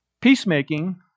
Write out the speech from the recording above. Peacemaking